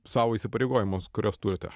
savo įsipareigojimams kuriuos turite